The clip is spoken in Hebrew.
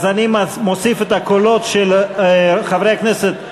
אז אני מוסיף את הקולות של חברי הכנסת רותם,